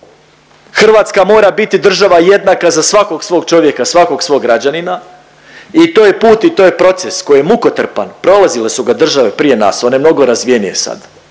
Hrvatska mora biti država jednaka za svakog svog čovjeka, svakog svog građanina i to je put i to je proces koji je mukotrpan, prolazile su ga države prije nas, one mnogo razvijenije sad